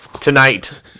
Tonight